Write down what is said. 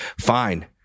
fine